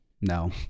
No